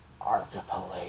archipelago